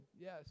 yes